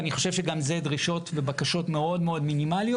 אני חושב שגם זה דרישות ובקשות מאוד מאוד מינימליות,